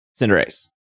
Cinderace